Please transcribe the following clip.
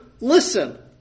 listen